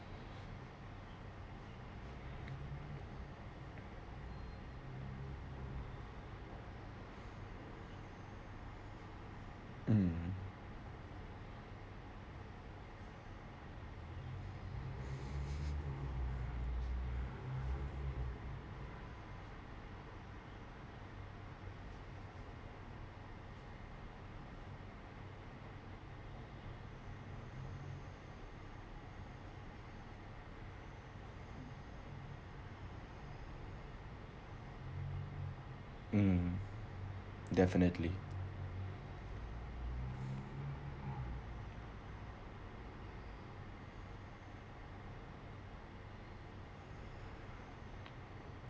mm mm definitely